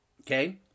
okay